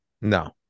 No